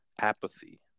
apathy